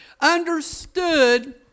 understood